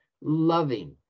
loving